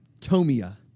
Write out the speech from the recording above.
Tomia